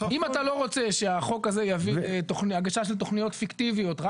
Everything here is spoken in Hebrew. אם אתה לא רוצה שהחוק הזה יביא הגשה של תכניות פיקטיביות רק